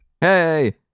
Hey